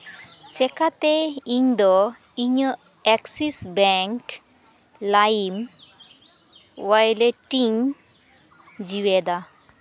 ᱪᱤᱠᱟᱹᱛᱮ ᱤᱧ ᱫᱚ ᱤᱧᱟᱹᱜ ᱮᱠᱥᱤᱥ ᱵᱮᱝᱠ ᱞᱟᱭᱤᱢ ᱳᱣᱟᱞᱮᱴ ᱤᱧ ᱡᱤᱣᱮᱫᱟ